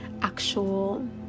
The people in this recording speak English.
actual